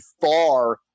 far